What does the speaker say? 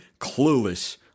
clueless